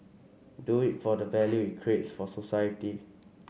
do it for the value it creates for society